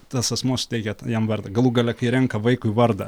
tas asmuo suteikia jam vardą galų gale kai renka vaikui vardą